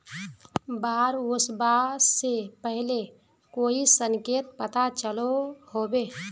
बाढ़ ओसबा से पहले कोई संकेत पता चलो होबे?